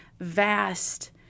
vast